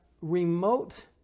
remote